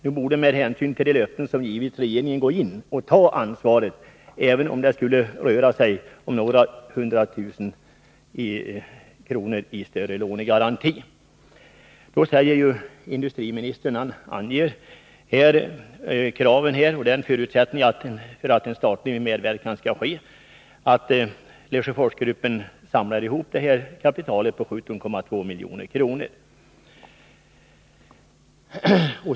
Nu borde, med hänsyn till de löften som givits, regeringen gå in och ta ansvaret, även om det skulle röra sig om några hundra tusen kronor mer i lånegaranti. Industriministern anger kraven och säger att en förutsättning för att statlig medverkan skall ske är att Lesjöforsgruppen samlar ihop kapitalet på 17,2 milj.kr.